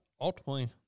ultimately